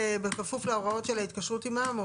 בכפוף להוראות של ההתקשרות עמם,